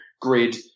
grid